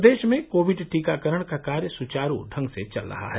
प्रदेश में कोविड टीकाकरण का कार्य सुचारू ढंग से चल रहा है